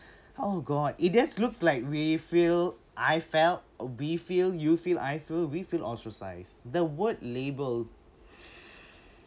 oh god it just looks like we feel I felt we feel you feel I feel we feel ostracised the word label